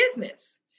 business